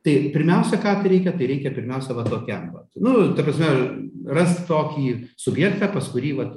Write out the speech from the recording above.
tai pirmiausia ką tai reikia tai reikia pirmiausia va tokiam va nu ta prasme rast tokį subjektą pas kurį vat